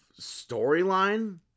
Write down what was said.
storyline